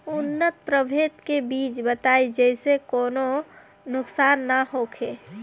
उन्नत प्रभेद के बीज बताई जेसे कौनो नुकसान न होखे?